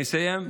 אני אסיים.